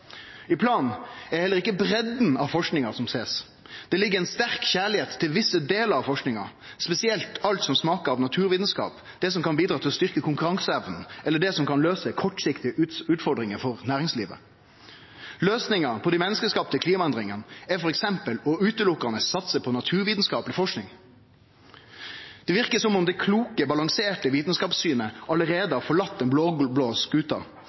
I planen er det heller ikkje breidda av forskinga som blir sett. Det ligg ein sterk kjærleik til visse delar av forskinga, spesielt alt som smakar av naturvitskap, det som kan bidra til å styrkje konkurranseevna, eller det som kan løyse kortsiktige utfordringar for næringslivet. Løysinga på dei menneskeskapte klimaendringane er f.eks. å utelukkande satse på naturvitskapleg forsking. Det verkar som om det kloke, balanserte